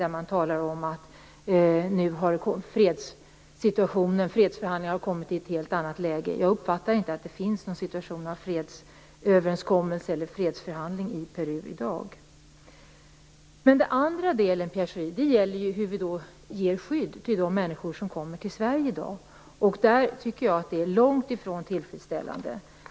Där talar man om att fredsförhandlingarna nu har kommit i ett helt annat läge. Jag uppfattar inte att det finns någon fredsöverenskommelse eller fredsförhandling i Peru i dag. Den andra delen, Pierre Schori, gäller ju hur vi ger skydd till de människor som kommer till Sverige i dag. Jag tycker att det är långt ifrån tillfredsställande.